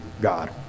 God